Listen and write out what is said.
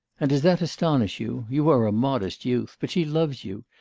and does that astonish you? you are a modest youth. but she loves you.